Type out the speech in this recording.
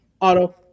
Auto